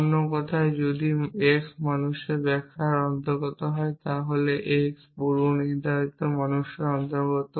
অন্য কথায় যদি x মানুষের ব্যাখ্যার অন্তর্গত হয় তাহলে x পূর্বনির্ধারিত মানুষের অন্তর্গত